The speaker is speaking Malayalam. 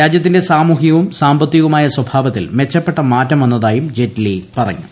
രാജ്യത്തിന്റെ സാമൂഹികവുംും സാമ്പത്തികവുമായ സ്വഭാവത്തിൽ മെച്ചപ്പെട്ട മാറ്റം വന്നതായും ജെയ്റ്റ്ലി പറഞ്ഞു